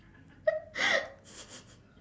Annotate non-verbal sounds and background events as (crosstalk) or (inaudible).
(laughs)